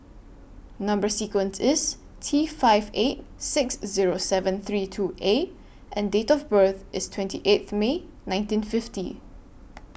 Number sequence IS T five eight six Zero seven three two A and Date of birth IS twenty eighth May nineteen fifty